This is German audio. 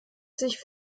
sich